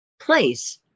place